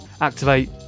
Activate